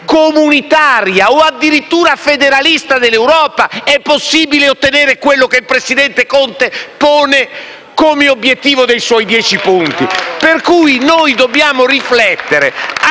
comunitaria o addirittura federalista dell'Europa è possibile ottenere quello che il presidente Conte pone come obiettivo dei suoi dieci punti. *(Applausi dal Gruppo PD)*.